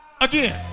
again